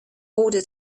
order